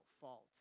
fault